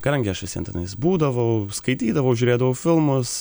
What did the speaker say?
kadangi aš vievien tenais būdavau skaitydavau žiūrėdavau filmus